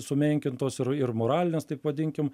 sumenkintos ir moralinės taip vadinkim